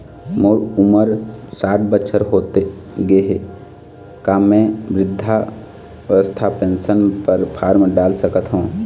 मोर उमर साठ बछर होथे गए हे का म वृद्धावस्था पेंशन पर फार्म डाल सकत हंव?